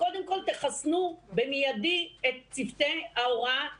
קודם כול תחסנו במיידי את צוותי ההוראה הללו.